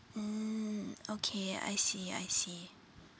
mm okay I see I see